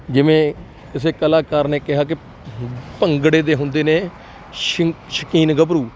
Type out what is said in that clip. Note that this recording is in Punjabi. ਜਿਵੇਂ ਕਿਸੇ ਕਲਾਕਾਰ ਨੇ ਕਿਹਾ ਕਿ ਭੰਗੜੇ ਦੇ ਹੁੰਦੇ ਨੇ ਸ਼ ਸ਼ੌਕੀਨ ਗੱਭਰੂ